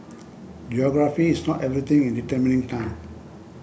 geography is not everything in determining time